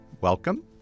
Welcome